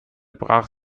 brach